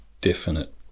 definite